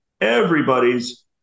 everybody's